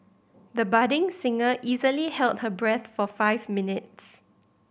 the budding singer easily held her breath for five minutes